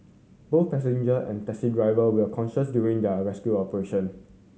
both passenger and taxi driver were conscious during the rescue operation